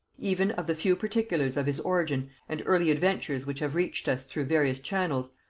even of the few particulars of his origin and early adventures which have reached us through various channels,